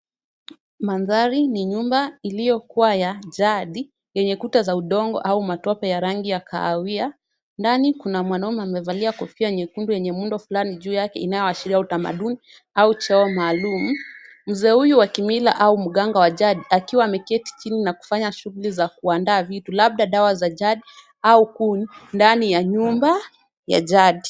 Mandhari ni nyumba iliyokuwa ya jadi yenye kuta za udongo au matope ya rangi ya kahawia. Ndani kuna mwanaume amevalia kofia nyekundu yenye muundo fulani juu yake inayoashiria utamaduni au cheo maalum. Mzee huyu wa kimila au mganga wa jadi akiwa ameketi chini na kufanya shughuli za kuandaa vitu labda dawa za jadi au kuu ndani ya nyumba ya jadi.